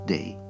Day